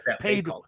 paid